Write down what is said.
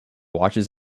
watches